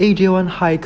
so